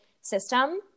system